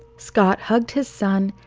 scott hugged his son,